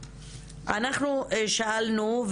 אנחנו שאלנו,